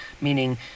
meaning